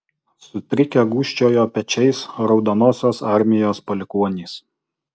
sutrikę gūžčiojo pečiais raudonosios armijos palikuonys